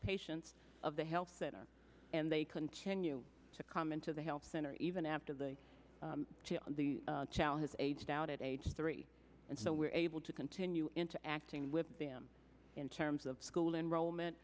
patients of the health center and they continue to come into the health center even after the the challenge is aged out at age three and so we're able to continue into acting with them in terms of school enrollment